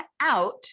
out